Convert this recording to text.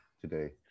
today